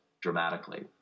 dramatically